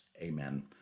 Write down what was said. Amen